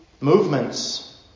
Movements